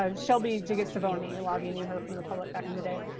um shelby jiggetts-tivony. a lot of you knew her from the public back in the day.